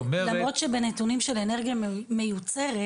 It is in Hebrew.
למרות שבנתונים של אנרגיה מיוצרת,